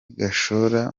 gashora